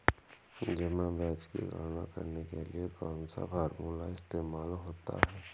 जमा ब्याज की गणना करने के लिए कौनसा फॉर्मूला इस्तेमाल होता है?